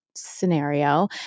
scenario